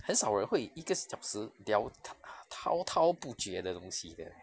很少人会一个小时聊 ta~ ta~ 滔滔不绝的东西 leh